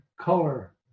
color